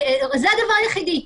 זה הדבר היחידי,